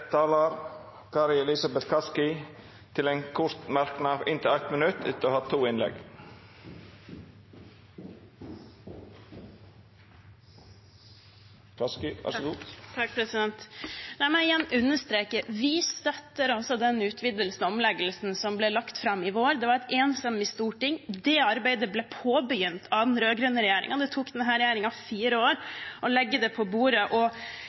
Representanten Kari Elisabeth Kaski har hatt ordet to gonger tidlegare og får ordet til ein kort merknad, avgrensa til 1 minutt. Jeg må igjen understreke at vi støtter den utvidelsen og omleggingen som ble lagt fram i vår. Det var et enstemmig storting. Det arbeidet ble påbegynt av den rød-grønne regjeringen. Det tok denne regjeringen fire år å legge det på bordet, og